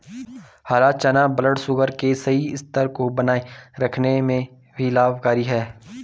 हरा चना ब्लडशुगर के सही स्तर को बनाए रखने में भी लाभकारी है